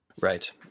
Right